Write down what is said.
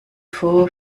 vor